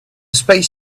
space